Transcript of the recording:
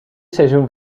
seizoen